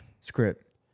script